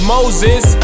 Moses